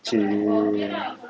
!chey!